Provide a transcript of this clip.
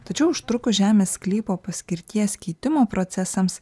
tačiau užtrukus žemės sklypo paskirties keitimo procesams